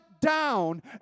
down